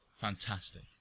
fantastic